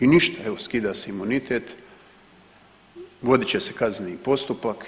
I ništa evo skida se imunitet, vodit će se kazneni postupak.